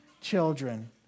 children